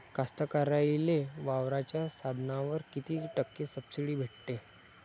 कास्तकाराइले वावराच्या साधनावर कीती टक्के सब्सिडी भेटते?